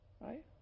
right